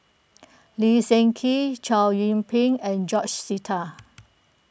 Lee Seng Gee Chow Yian Ping and George Sita